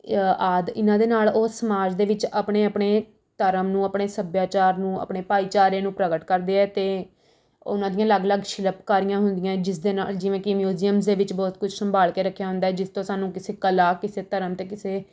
ਆਦਿ ਇਨ੍ਹਾਂ ਦੇ ਨਾਲ ਉਹ ਸਮਾਜ ਦੇ ਵਿੱਚ ਆਪਣੇ ਆਪਣੇ ਧਰਮ ਨੂੰ ਆਪਣੇ ਸੱਭਿਆਚਾਰ ਨੂੰ ਆਪਣੇ ਭਾਈਚਾਰੇ ਨੂੰ ਪ੍ਰਗਟ ਕਰਦੇ ਹੈ ਅਤੇ ਉਨ੍ਹਾਂ ਦੀਆਂ ਅਲੱਗ ਅਲੱਗ ਸ਼ਿਲਪਕਾਰੀਆਂ ਹੁੰਦੀਆਂ ਹੈ ਜਿਸ ਦੇ ਨਾਲ ਜਿਵੇਂ ਕਿ ਮਿਊਜ਼ੀਅਮਸ ਦੇ ਵਿੱਚ ਬਹੁਤ ਕੁਛ ਸੰਭਾਲ ਕੇ ਰੱਖਿਆ ਹੁੰਦਾ ਹੈ ਜਿਸ ਤੋਂ ਸਾਨੂੰ ਕਿਸੇ ਕਲਾ ਕਿਸੇ ਧਰਮ ਅਤੇ ਕਿਸੇ